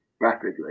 rapidly